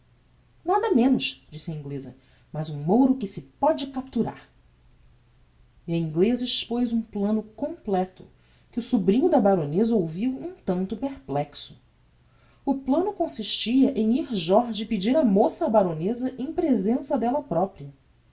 nada menos disse a ingleza mas um mouro que se póde capturar e a ingleza expoz um plano completo que o sobrinho da baroneza ouviu um tanto perplexo o plano consistia em ir jorge pedir a moça á baroneza em presença della propria